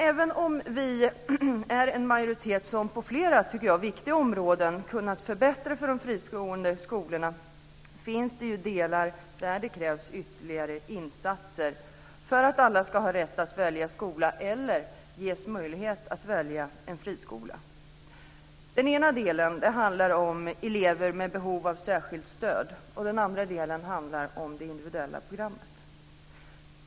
Även om vi är en majoritet som på flera viktiga områden kunnat förbättra för de fristående skolorna, finns det delar där det krävs ytterligare insatser för att alla ska ha rätt att välja skola och även ges möjlighet att välja en friskola. Den ena delen handlar om elever med behov av särskilt stöd. Den andra delen handlar om det individuella programmet.